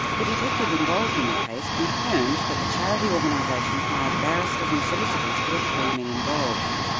the detective involved in the case confirmed that the charity organisation hired barristers and solicitors for the three men involved.